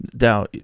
Now